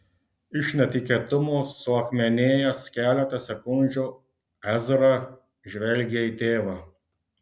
iš netikėtumo suakmenėjęs keletą sekundžių ezra žvelgė į tėvą